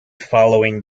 following